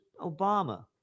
Obama